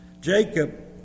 Jacob